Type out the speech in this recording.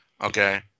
Okay